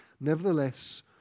Nevertheless